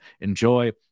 enjoy